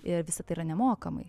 ir visa tai yra nemokamai